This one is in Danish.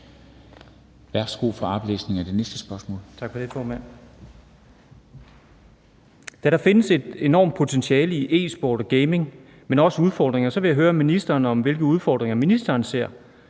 Da der findes et enormt potentiale i e-sport, men også udfordringer, vil jeg gerne høre ministeren om, hvilke udfordringer ministeren ser,